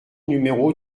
numéro